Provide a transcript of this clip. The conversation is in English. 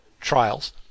trials